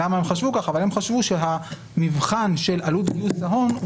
אבל הם חשבו שהמבחן של עלות גיוס ההון הוא